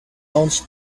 bounced